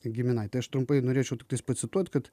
giminaitį aš trumpai norėčiau tik tais pacituot kad